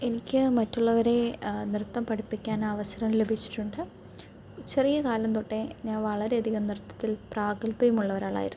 എനിക്ക് മറ്റുള്ളവരെ നൃത്തം പഠിപ്പിക്കാനവസരം ലഭിച്ചിട്ടുണ്ട് ചെറിയ കാലം തൊട്ടേ ഞാൻ വളരെയധികം നൃത്തത്തിൽ പ്രാഗത്ഭ്യം ഉള്ള ഒരാളായിരുന്നു